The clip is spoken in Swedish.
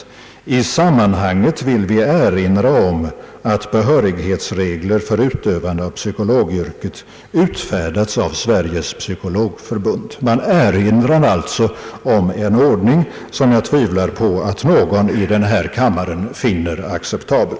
Vidare sägs: »I sammanhanget vill vi erinra om att behörighetsregler för utövande av psykologyrket utfärdats av Sveriges Psykologförbund.» Man erinrar alltså om en ordning som jag tvivlar på att någon i denna kammare finner acceptabel.